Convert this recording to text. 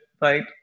right